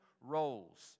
roles